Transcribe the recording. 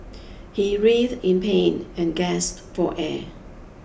he writhe in pain and gasped for air